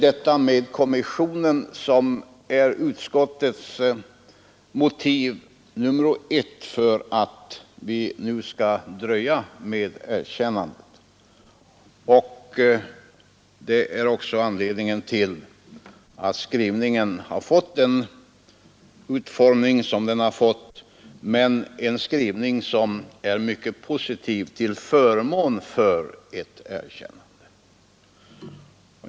Detta med kommissionen är utskottets motiv nummer ett för att vi nu skall dröja med erkännandet. Det är också anledningen till att skrivningen har fått den utformning som den har. Men det är en skrivning som är mycket positiv till ett erkännande.